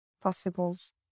possibles